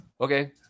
okay